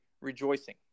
rejoicing